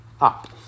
up